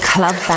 Club